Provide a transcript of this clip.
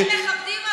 אם הייתם מכבדים,